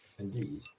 Indeed